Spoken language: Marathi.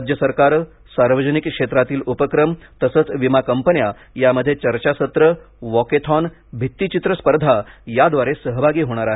राज्यसरकारं सार्वजनिक क्षेत्रातील उपक्रम तसंच विमा कंपन्या यामध्ये चर्चासत्र वॉकेथॉन भित्तिचित्र स्पर्धा याद्वारे सहभागी होणार आहेत